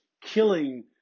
killing